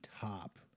top